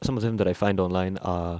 some of them that I find online are